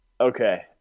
Okay